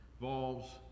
involves